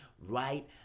right